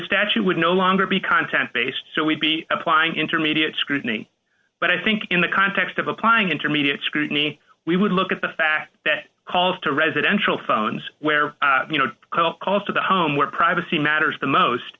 statute would no longer be content based so we'd be applying intermediate scrutiny but i think in the context of applying intermediate scrutiny we would look at the fact that calls to residential phones where you know calls to the home where privacy matters the most